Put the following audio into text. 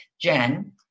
Jen